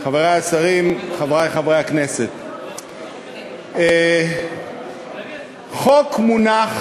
חברי השרים, חברי חברי הכנסת, חוק מונח